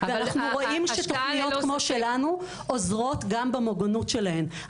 תוכניות כמו שלנו עוזרות גם במוגנות שלהן.